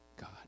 God